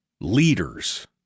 leaders